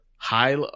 high